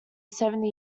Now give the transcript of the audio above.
seventy